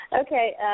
Okay